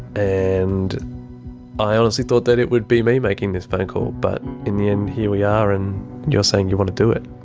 and i honestly thought it would be me making this phone call, but in the end here we are and you're saying you want to do it.